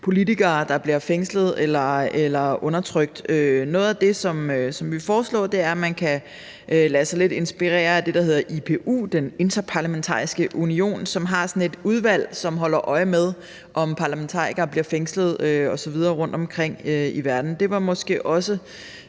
politikere, der bliver fængslet eller undertrykt. Noget af det, som vi vil foreslå, er, at man kan lade sig inspirere lidt af det, der hedder IPU, Den Interparlamentariske Union, som har et udvalg, som holder øje med, om parlamentarikere bliver fængslet osv. rundtomkring i verden. Det var måske også